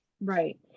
Right